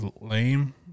lame